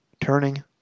turning